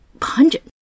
pungent